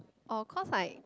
our course like